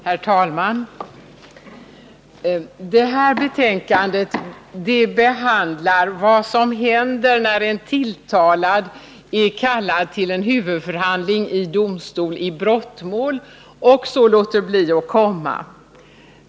Herr talman! Detta betänkande behandlar vad som händer när en tilltalad är kallad till en huvudförhandling i domstol i brottmål och låter bli att komma.